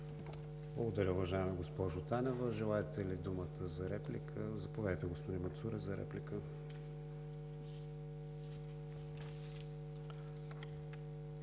Благодаря, уважаема госпожо Танева. Желаете ли думата за реплика? Заповядайте, господин Мацурев.